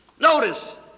Notice